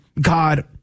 God